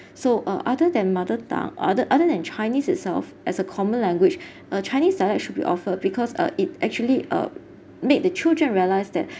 so uh other than mother tongue or other other than chinese itself as a common language uh chinese dialect should be offered because uh it actually uh made the children realise that